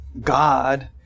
God